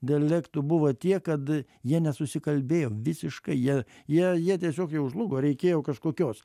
dialektų buvo tiek kad jie nesusikalbėjo visiškai jie jei jie tiesiog jau žlugo reikėjo kažkokios